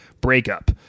breakup